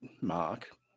mark